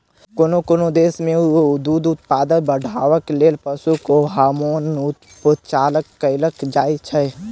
कोनो कोनो देश मे दूध उत्पादन बढ़ेबाक लेल पशु के हार्मोन उपचार कएल जाइत छै